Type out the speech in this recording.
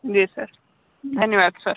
जी sir धन्यवाद sir